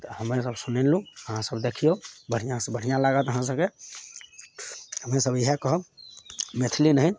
तऽ हमरे सब सुनेलहुँ अहाँ सब देखियौ बढ़िआँ से बढ़िआँ लागत अहाँ सबके अपनेसँ इएह कहब मैथिली नहि